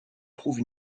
trouve